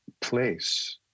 place